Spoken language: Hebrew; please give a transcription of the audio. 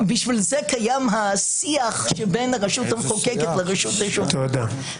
בשביל זה קיים השיח שבין הרשות המחוקקת לרשות השופטת.